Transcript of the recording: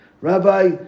Rabbi